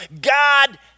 God